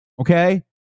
Okay